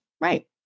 Right